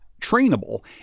trainable